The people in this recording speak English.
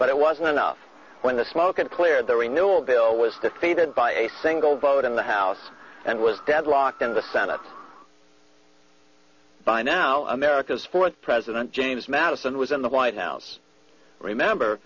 but it wasn't enough when the smoke and clear the renewal bill was defeated by a single vote in the house and was deadlocked in the senate by now america's fourth president james madison was in the white house remember